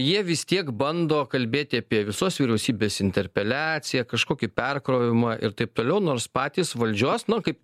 jie vis tiek bando kalbėti apie visos vyriausybės interpeliaciją kažkokį perkrovimą ir taip toliau nors patys valdžios nu kaip